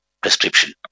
prescription